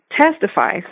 testifies